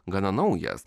gana naujas